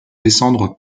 descendre